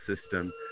system